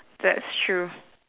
that's true